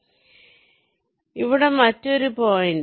ഇത് ഇവിടെ മറ്റൊരു പോയിന്റ്